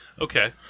Okay